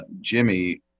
Jimmy